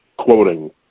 quoting